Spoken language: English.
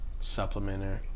supplementer